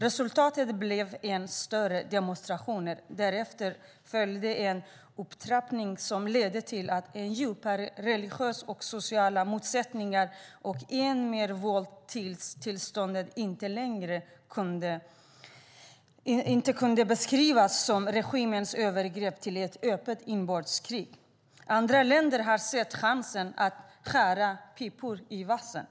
Resultatet blev än större demonstrationer. Därefter följde en upptrappning som ledde till djupare religiösa och sociala motsättningar och än mer våld tills tillståndet inte längre kunde beskrivas som regimens övergrepp utan som ett inbördeskrig. Andra länder har sett chansen att skära pipor i vassen.